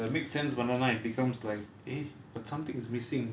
that makes sense பண்ணனும்னா:pannanumnaa and it becomes like eh but something is missing